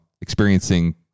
experiencing